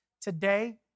Today